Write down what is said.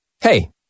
Hey